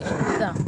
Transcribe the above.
הציבור.